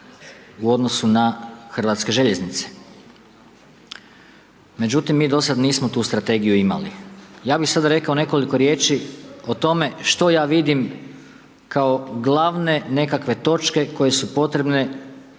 u odnosu na Hrvatske željeznice. Međutim, mi do sada nismo tu strategiju imali. Ja bi sada rekao nekoliko riječi, o tome, što ja vidim, kao glavne nekakve točke koje su potrebne,